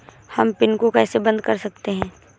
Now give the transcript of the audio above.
हम पिन को कैसे बंद कर सकते हैं?